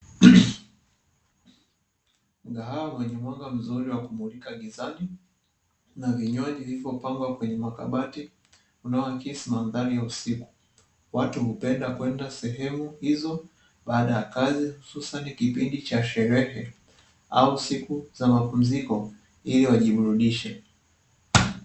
Mgahawa mwenye mwanga mzuri wa kumulika gizani na vinywaji vilivyopangwa kwenye kabati unaoakisi mandhari ya usiku. Watu hupenda kwenda sehemu hizo baada ya kazi hususani kipindi cha sherehe au siku za mapumziko ili wajiburudishe.